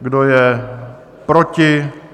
Kdo je proti?